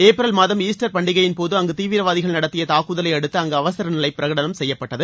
April மாதம் Easter பண்டிகையின் போது அங்கு தீவிரவாதிகள் நடத்திய தாக்குதலை அடுத்து அங்கு அவசர நிலை பிரகடனம் செய்யப்பட்டது